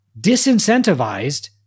disincentivized